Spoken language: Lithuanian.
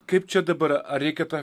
kaip čia dabar ar reikia tą